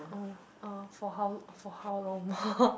oh uh for how for how long more